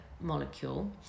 molecule